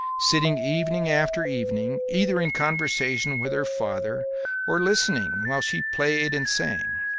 sitting evening after evening either in conversation with her father or listening while she played and sang,